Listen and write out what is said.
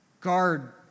guard